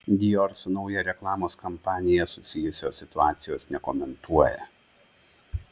dior su nauja reklamos kampanija susijusios situacijos nekomentuoja